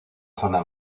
zona